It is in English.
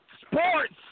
sports